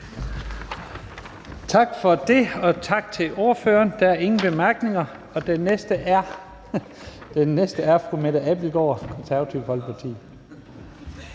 Lahn Jensen): Tak til ordføreren. Der er ingen korte bemærkninger. Og den næste er fru Mette Abildgaard, Det Konservative Folkeparti.